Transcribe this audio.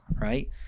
right